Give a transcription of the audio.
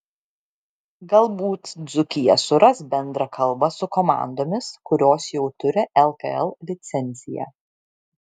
galbūt dzūkija suras bendrą kalbą su komandomis kurios jau turi lkl licenciją